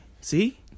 See